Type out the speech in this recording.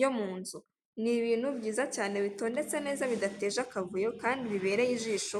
yo munzu. N i ibintu byiza cyane bitondetse neza cyane bidateje a kavuyo kandi bibereye ijisho.